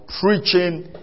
preaching